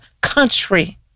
country